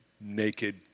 naked